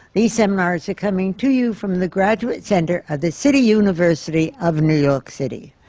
these seminars are coming to you from the graduate center of the city university of new york city.